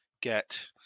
get